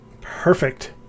perfect